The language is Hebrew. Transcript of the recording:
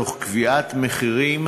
תוך קביעת מחירים